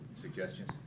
suggestions